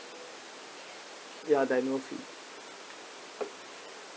ya there're no fee